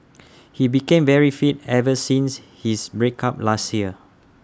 he became very fit ever since his break up last year